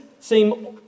seem